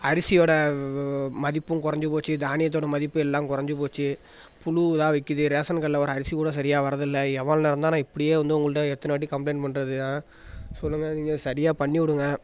அரிசியோடய மதிப்பும் கொறஞ்சு போச்சு தானியத்தோடய மதிப்பு எல்லாம் கொறஞ்சு போச்சு புழுலாம் வைக்கிது ரேஷன் கடையில ஒரு அரிசி கூட சரியாக வர்றதில்லை எவ்வளோ நேரம் தான் நான் இப்படியே வந்து உங்கள்கிட்ட எத்தனை வாட்டி கம்ப்ளைண்ட் பண்ணுறது சொல்லுங்கள் நீங்கள் சரியாக பண்ணி விடுங்க